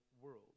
world